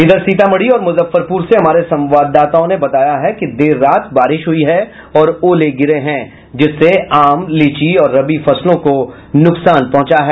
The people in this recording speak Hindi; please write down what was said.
इधर सीतामढ़ी और मुजफ्फरपुर से हमारे संवाददाताओं ने बताया कि है कि देर रात बारिश हुयी है और ओले गिरे हैं जिससे आम लीची और रबी फसलों को नुकसान पहुंचा है